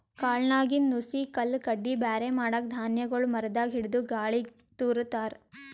ಕಾಳ್ನಾಗಿಂದ್ ನುಸಿ ಕಲ್ಲ್ ಕಡ್ಡಿ ಬ್ಯಾರೆ ಮಾಡಕ್ಕ್ ಧಾನ್ಯಗೊಳ್ ಮರದಾಗ್ ಹಿಡದು ಗಾಳಿಗ್ ತೂರ ತಾರ್